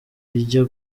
rijya